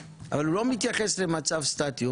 אבל הוא לא מתייחס למצב סטטי,